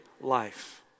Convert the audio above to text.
life